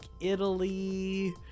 italy